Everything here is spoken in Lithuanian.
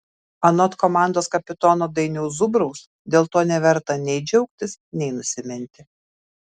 anot komandos kapitono dainiaus zubraus dėl to neverta nei džiaugtis nei nusiminti